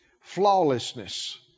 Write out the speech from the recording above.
flawlessness